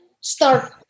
start